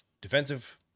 defensive